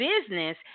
business